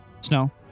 Snow